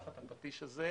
תחת הפטיש הזה,